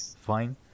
fine